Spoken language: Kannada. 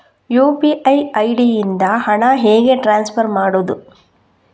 ಯು.ಪಿ.ಐ ಐ.ಡಿ ಇಂದ ಹಣ ಹೇಗೆ ಟ್ರಾನ್ಸ್ಫರ್ ಮಾಡುದು?